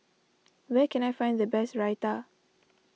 where can I find the best Raita